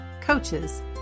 coaches